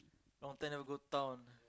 long time never go town